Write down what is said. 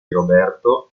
roberto